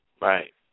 Right